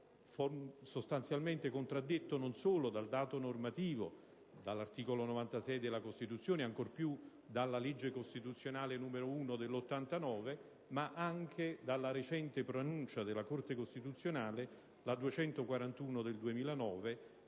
che è sostanzialmente contraddetto non solo dal dato normativo, dall'articolo 96 della Costituzione e ancor più dalla legge costituzionale n. 1 del 1989, ma anche dalla recente pronuncia della Corte costituzionale, la n. 241 del 2009,